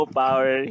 power